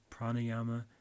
pranayama